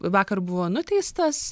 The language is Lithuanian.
vakar buvo nuteistas